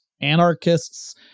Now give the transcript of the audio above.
anarchists